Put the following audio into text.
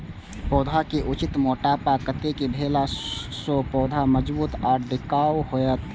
पौधा के उचित मोटापा कतेक भेला सौं पौधा मजबूत आर टिकाऊ हाएत?